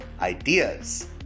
ideas